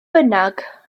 bynnag